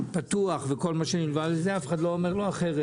פתוח וכל מה שנלווה לזה אף אחד לא אומר לו אחרת.